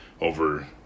over